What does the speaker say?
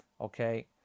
okay